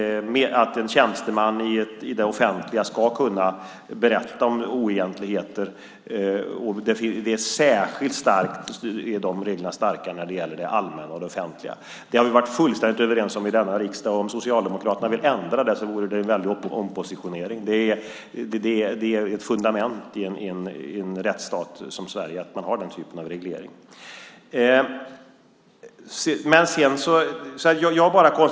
En tjänsteman i det offentliga ska kunna berätta om oegentligheter. De reglerna är särskilt starka när det gäller det allmänna och det offentliga. Det har vi varit fullständigt överens om i denna riksdag. Om Socialdemokraterna vill ändra det vore det en väldig ompositionering. Det är ett fundament i en rättsstat som Sverige att man har den typen av reglering.